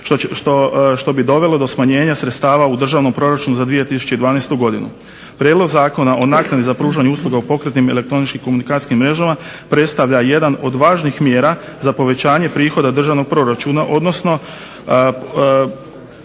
što bi dovelo do smanjenja sredstava u državnom proračunu za 2012. godinu. Prijedlog zakona o naknadi za pružanje usluga u pokretnim elektroničkim komunikacijskim mrežama predstavlja jednu od važnih mjera za povećanje prihoda državnog proračuna, odnosno